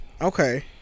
Okay